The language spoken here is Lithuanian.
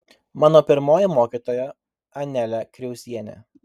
mano pirmoji mokytoja anelė kriauzienė